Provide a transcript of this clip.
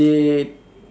they